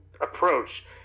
approach